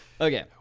Okay